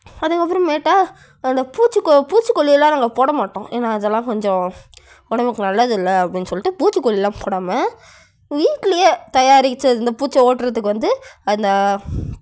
அதுக்கப்புறமேட்டா அந்த பூச்சி கொ பூச்சிகொல்லியெல்லாம் நாங்கள் போடமாட்டோம் ஏன்னால் அதெல்லாம் கொஞ்சம் உடம்புக்கு நல்லதில்லை அப்படின்னு சொல்லிட்டு பூச்சிக்கொல்லியெலாம் போடாமல் வீட்டிலயே தயாரித்தது இந்த பூச்சை ஓட்டுறதுக்கு வந்து அந்த